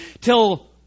till